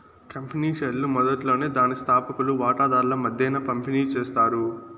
company షేర్లు మొదట్లోనే దాని స్తాపకులు వాటాదార్ల మద్దేన పంపిణీ చేస్తారు